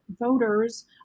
voters